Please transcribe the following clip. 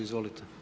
Izvolite.